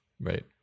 right